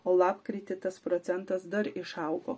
o lapkritį tas procentas dar išaugo